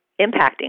impacting